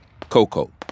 Coco